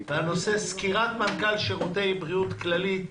הנושא הוא סקירת מנכ"ל שירותי בריאות כללית,